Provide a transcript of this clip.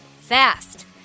fast